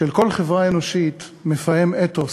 של כל חברה אנושית מפעם אתוס